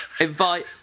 invite